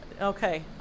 Okay